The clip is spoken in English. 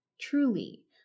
Truly